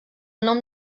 nom